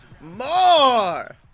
More